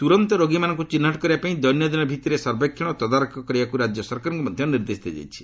ତୁରନ୍ତ ରୋଗୀମାନଙ୍କୁ ଚିହ୍ନଟ କରିବା ପାଇଁ ଦୈନନ୍ଦିନ ଭିତ୍ତିରେ ସର୍ବେକ୍ଷଣ ଓ ତଦାରଖ କରିବାକୁ ରାଜ୍ୟ ସରକାରଙ୍କୁ ମଧ୍ୟ ନିର୍ଦ୍ଦେଶ ଦିଆଯାଇଛି